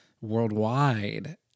worldwide